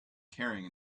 carrying